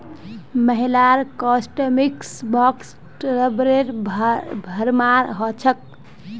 महिलार कॉस्मेटिक्स बॉक्सत रबरेर भरमार हो छेक